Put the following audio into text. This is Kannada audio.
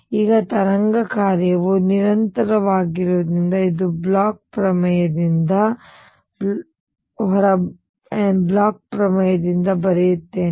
ಈಗ ತರಂಗ ಕಾರ್ಯವು ನಿರಂತರವಾಗಿರುವುದರಿಂದ ಇದು ಬ್ಲೋಚ್ ಪ್ರಮೇಯದಿಂದ ಇದು ಬ್ಲೋಚ್ ಪ್ರಮೇಯದಿಂದ ಎಂದು ಬರೆಯುತ್ತೇನೆ